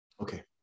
Okay